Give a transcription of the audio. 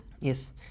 Yes